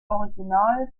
original